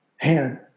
Hand